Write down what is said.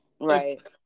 Right